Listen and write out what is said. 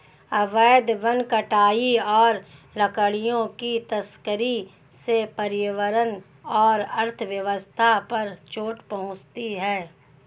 अवैध वन कटाई और लकड़ियों की तस्करी से पर्यावरण और अर्थव्यवस्था पर चोट पहुँचती है